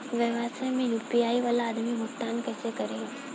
व्यवसाय में यू.पी.आई वाला आदमी भुगतान कइसे करीं?